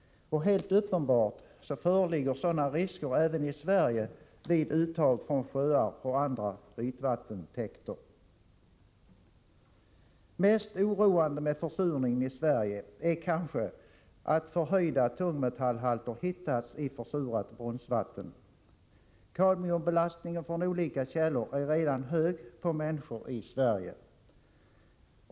Helt uppenbart föreligger sådana risker även i Sverige vid uttag från sjöar och andra ytvattentäkter. Mest oroande med försurningen i Sverige är kanske att förhöjda tungmetallhalter har hittats i försurat brunnsvatten. Kadmiumbelastningen från olika källor är redan hög på människor i Sverige.